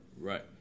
right